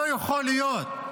לא יכול להיות.